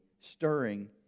stirring